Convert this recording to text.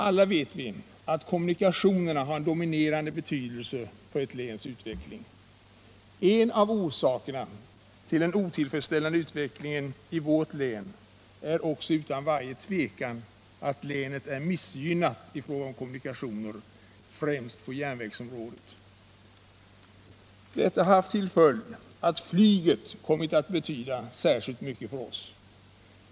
Alla vet vi att kommunikationerna har en avgörande betydelse för ett läns utveckling. En av orsakerna till den otillfredsställande utvecklingen i vårt län är utan varje tvivel att länet är missgynnat i fråga om kommunikationer, främst på järnvägsområdet. Detta har lett till att flgyget kommit att betyda särskilt mycket för oss.